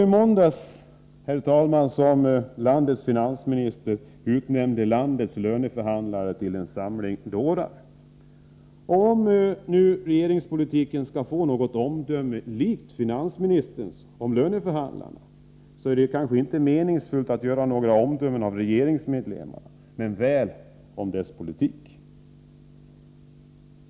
I måndags utnämnde finansministern landets löneförhandlare till en samling dårar. Om nu regeringspolitiken skulle få något omdöme likt finansministerns om löneförhandlarna, är det kanske inte meningsfullt att sätta betyg på regeringens medlemmar men väl på dess politik.